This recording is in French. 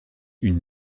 une